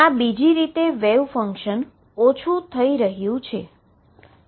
આ બીજી રીતે ફંક્શન ઓછું થઈ રહ્યું છે